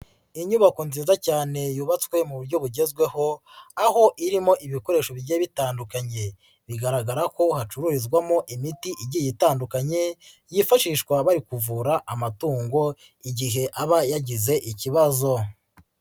Inyubako nziza cyane yubatswe mu buryo bugezweho, aho irimo ibikoresho bigiye bitandukanye, bigaragara ko hacururizwamo imiti igiye itandukanye yifashishwa bari kuvura amatungo igihe aba yagize ikibazo.